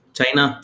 China